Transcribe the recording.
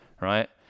right